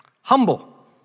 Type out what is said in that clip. Humble